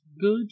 good